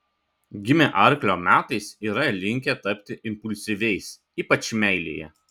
gimę arklio metais yra linkę tapti impulsyviais ypač meilėje